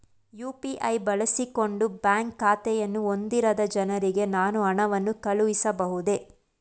UPI ಬಳಸಿಕೊಂಡು bank ಖಾತೆಯನ್ನು ಹೊಂದಿರದ ಜನರಿಗೆ ನಾನು ಹಣವನ್ನು ಕಳುಹಿಸಬಹುದೇ?